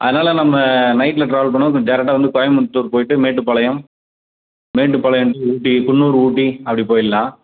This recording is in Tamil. அதனால் நம்ம நைட்டில் ட்ராவல் பண்ணாமல் கொஞ்சம் டேரெக்டாக வந்து கோயமுத்தூர் போய்விட்டு மேட்டுப்பாளையம் மேட்டுப்பாளையம் டு ஊட்டி குன்னூர் ஊட்டி அப்படி போயிடலாம்